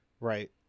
right